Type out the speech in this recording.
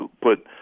put